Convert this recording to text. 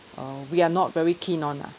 uh we are not very keen on ah